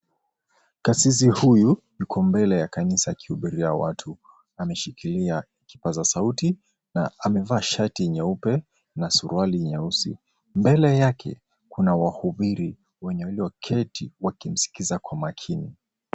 Kasisi huyu yuko mbele ya kanisa akihubiria watu. Ameshikilia kipaza sauti na ameva shati nyeupe na suruali nyeusi. Mbele yake kuna wahubiri walioketi wakimsikiza kwa makini.